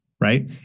right